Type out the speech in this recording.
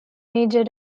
major